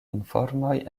informoj